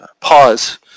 pause